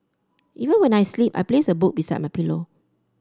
even when I sleep I place a book beside my pillow